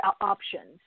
options